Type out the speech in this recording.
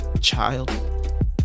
child